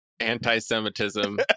anti-Semitism